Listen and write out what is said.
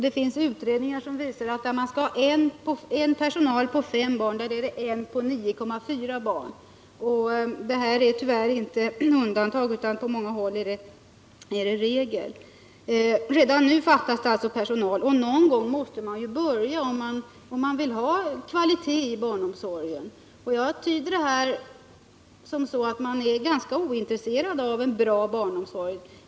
Det finns utredningar som visar att där man skall ha en anställd på 5 barn, där är det en på 9,4 barn. Och detta är tyvärr inte något undantag utan på många håll en regel. Redan nu fattas det alltså personal, och någon gång måste man börja om man vill ha kvalitet i barnomsorgen. Jag tyder utskottets ställningstagande så att man är ganska ointresserad av en bra barnomsorg.